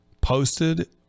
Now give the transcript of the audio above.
posted